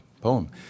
poem